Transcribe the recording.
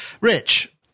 Rich